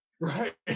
Right